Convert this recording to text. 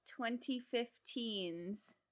2015's